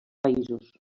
països